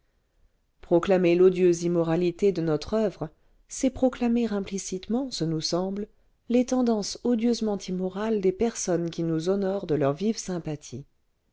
proclamer l'odieuse immoralité de notre oeuvre c'est proclamer implicitement ce nous semble les tendances odieusement immorales des personnes qui nous honorent de leurs vives sympathies